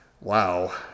Wow